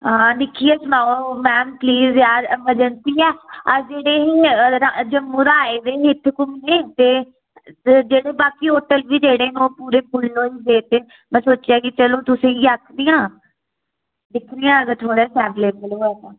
हां दिक्खियै सनाओ मैम प्लीज़ यार ऐमरजेंसी ऐ अस जेह्ड़े हे जम्मू दा आए दे हे इत्थे घूमने ते जेह्ड़े बाकी होटल बी न जेह्ड़े ओह् पूरे फुल्ल होई दे ते मैं सोचेआ कि चलो तुसेंगी अखनिया दिक्खने आं अगर थुआढ़े इत्थै अवैलेबल होए तां